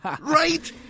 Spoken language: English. Right